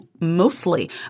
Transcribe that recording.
mostly